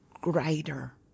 greater